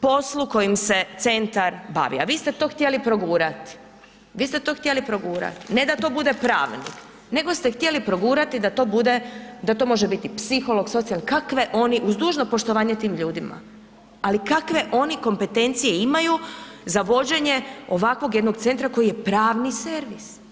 poslu kojim se centar bavi a vi ste to htjeli progurati, vi ste to htjeli progurat, ne da to bude pravnik nego ste htjeli progurat da to bude, da to može biti psiholog, socijalni, uz dužno poštovanje tim ljudima, ali kakve oni kompetencije imaju za vođenje ovakvog jednog centra koji je pravni servis?